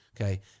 okay